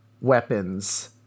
weapons